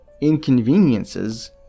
inconveniences